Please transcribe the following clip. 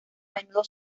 menudo